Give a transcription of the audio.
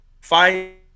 Fight